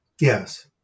yes